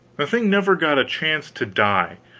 the thing never got a chance to die,